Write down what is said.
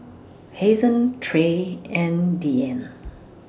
Hazen Trey and Diann